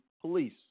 police